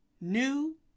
new